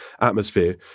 atmosphere